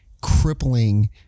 crippling